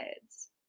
kids